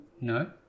no